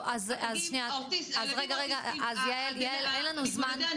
יעל, אין לנו זמן,